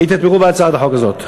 אם תתמכו בהצעת החוק הזאת.